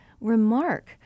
remark